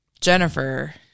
Jennifer